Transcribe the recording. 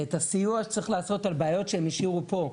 ואת הסיוע צריך לעשות על בעיות שהם השאירו פה.